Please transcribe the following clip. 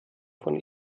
von